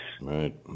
Right